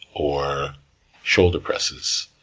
or shoulder presses,